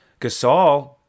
Gasol